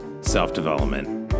self-development